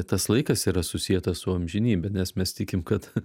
tas laikas yra susietas su amžinybe nes mes tikim kad